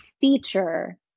feature